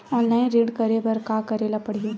Online ऋण करे बर का करे ल पड़हि?